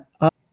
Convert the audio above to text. up